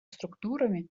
структурами